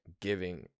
giving